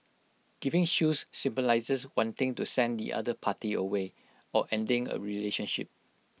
giving shoes symbolises wanting to send the other party away or ending A relationship